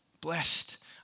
Blessed